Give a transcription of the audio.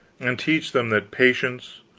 and teach them that patience,